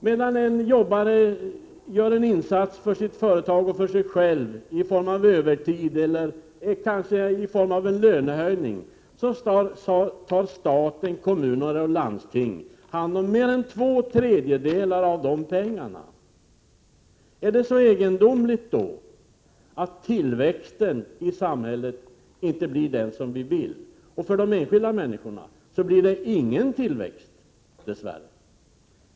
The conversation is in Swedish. När en arbetare i Sverige gör en insats för sitt företag och sig själv i form av övertid eller kanske en löneförhöjning tar staten, kommunen och landstinget hand om mer än två tredjedelar av de pengarna. Är det då så egendomligt att tillväxten i samhället inte blir den som vi önskar? För de enskilda människorna blir det dess värre ingen tillväxt.